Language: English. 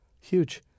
Huge